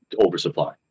oversupply